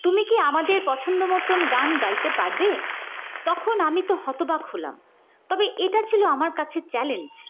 তুমি কি আমাদের পছন্দ মতন গান গাইতে পারবে তখন আমি তো হতবাক হলাম তবে এটা ছিল আমার কাছে চ্যালেঞ্জ